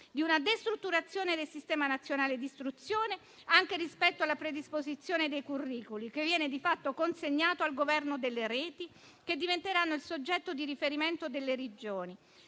di una destrutturazione del sistema nazionale di istruzione, anche rispetto alla predisposizione dei curricoli, che viene di fatto consegnato al governo delle reti, che diventeranno il soggetto di riferimento delle Regioni.